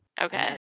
Okay